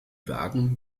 wagen